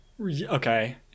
Okay